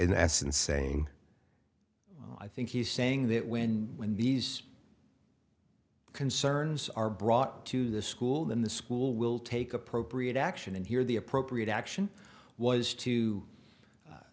in essence saying i think he's saying that when these concerns are brought to the school then the school will take appropriate action and here the appropriate action was to